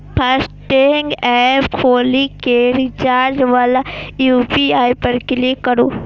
FASTag app खोलि कें recharge via UPI पर क्लिक करू